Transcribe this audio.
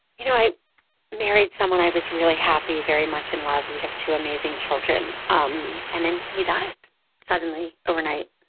you know, i married someone i was really happy, very much in love. we have two amazing children. um and then he died suddenly, overnight,